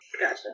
Gotcha